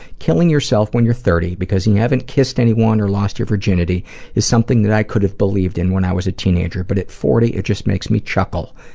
killing yourself when you're thirty because you haven't kissed anyone or lost your virginity is something that i could have believed in when i was a teenager, but at forty it just makes me chuckle.